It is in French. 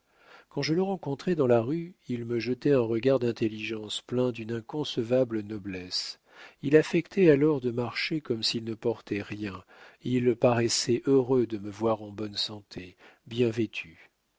quand je le rencontrais dans la rue il me jetait un regard d'intelligence plein d'une inconcevable noblesse il affectait alors de marcher comme s'il ne portait rien il paraissait heureux de me voir en bonne santé bien vêtu